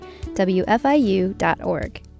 wfiu.org